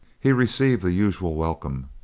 he received the usual welcome,